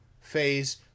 phase